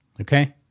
okay